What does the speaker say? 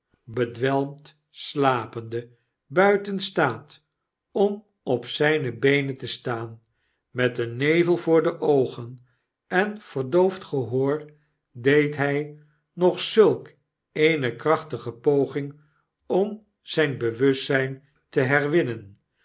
bedwelmd slapende buiten staat om op zyne beenen te staan met een nevel voor de oogen en verdoofd gehoor deed hy nog zulk eene krachtige poging om zfln bewustzyn te herwinnen